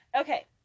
Okay